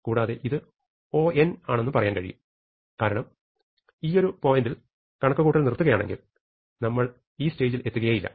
കൂടാതെ ഇത് O ആണെന്നും പറയാൻ കഴിയും കാരണം ഈയൊരു point ൽ calculation നിർത്തുകയാണെങ്കിൽ നമ്മൾ ഈ stage ൽ എത്തുകയെ ഇല്ല